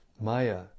Maya